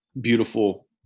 beautiful